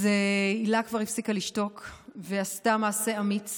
אז הילה כבר הפסיקה לשתוק ועשתה מעשה אמיץ